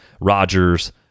Rodgers